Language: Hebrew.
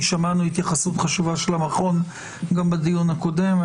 שמענו התייחסות חשובה של המכון גם בדיון הקודם.